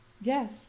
Yes